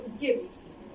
gifts